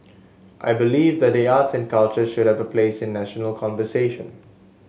I believe that the arts and culture should have a place in national conversation